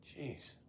Jeez